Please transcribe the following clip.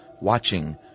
watching